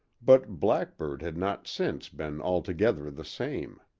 but blackburg had not since been altogether the same.